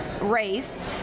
race